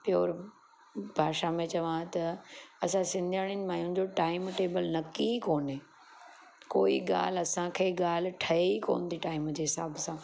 pure भाषा में चवां त असां सिंधियाड़ियूं मायुनि जो टाइम टेबल नक्की ई कोन्हे कोई ॻाल्हि असांखे ॻाल्हि ठहे ई कोन थी टाइम जे हिसाब सां